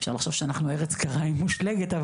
אפשר לחשוב שאנחנו ארץ קרה ומושלגת,